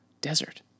desert